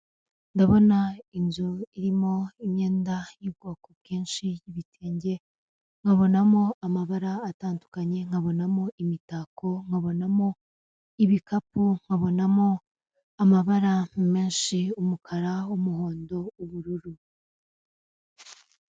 Ndabona inzu irimo imyenda y'ubwoko bwinshi y'ibitenge nkabonamo amabara atandukanye nkabonamo imitako nkabonamo ibikapu nkabonamo amabara menshi umukara w'umuhondo ubururu.